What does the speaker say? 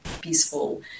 peaceful